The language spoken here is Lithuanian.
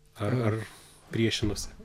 ar ar priešinosi